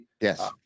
Yes